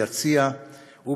ישב ביציע.